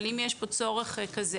אבל אם יש פה צורך כזה,